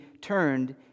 turned